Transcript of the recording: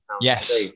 yes